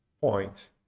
point